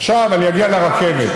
עכשיו אני אגיע לרכבת.